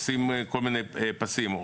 עושים כל מיני פסים,